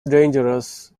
dangerous